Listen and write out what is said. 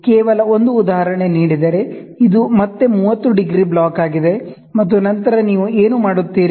ಕೇವಲ ಒಂದು ಉದಾಹರಣೆ ನೀಡಿದರೆ ಇದು ಮತ್ತೆ 30 ಡಿಗ್ರಿ ಬ್ಲಾಕ್ ಆಗಿದೆ ಮತ್ತು ನಂತರ ನೀವು ಏನು ಮಾಡುತ್ತೀರಿ